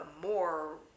more